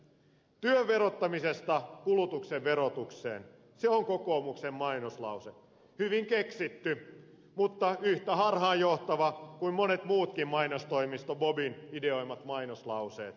työn verottamisesta kulutuksen verotukseen on kokoomuksen mainoslause hyvin keksitty mutta yhtä harhaanjohtava kuin monet muutkin mainostoimisto bobin ideoimat mainoslauseet